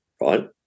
right